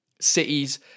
cities